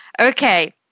Okay